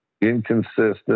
inconsistent